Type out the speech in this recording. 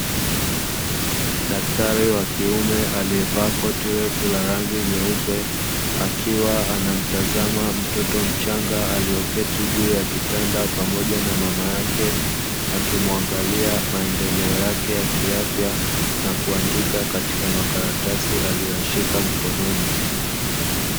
Daktari wa kiume aliyevaa koti refu la rangi nyeupe ,akiwa anamtazama mtoto mchanga alioketi juu ya kitanda pamoja na mama yake. Akimuangalia maendeleo yake ya kiafya na kuandika katika makaratasi aliyoyashika mkononi.